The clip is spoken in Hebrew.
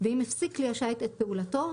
ואם הפסיק כלי השיט את פעולתו,